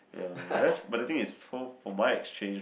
ya whereas but the thing is for for my exchange